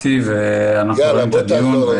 יאללה, בוא תעזור.